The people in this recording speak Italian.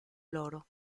loro